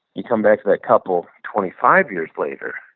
you come back to that couple twenty five years later,